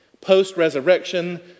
Post-resurrection